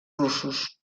russos